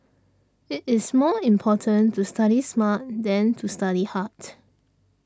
it is more important to study smart than to study hard